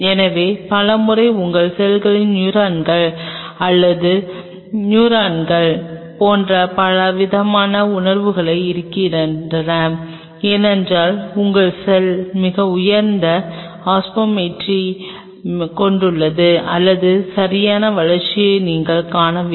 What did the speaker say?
எனவே பல முறை உங்கள் செல்கள் நியூரான்கள் அல்லது நியூரான்கள் போன்ற பலவீனமான உணர்வை இறக்கின்றன ஏனென்றால் உங்கள் செல் மிக உயர்ந்த ஒஸ்மோலரிட்டி கொண்டுள்ளது அல்லது சரியான வளர்ச்சியை நீங்கள் காணவில்லை